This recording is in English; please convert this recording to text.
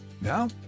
Now